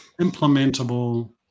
implementable